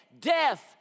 death